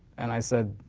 and i said,